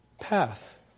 path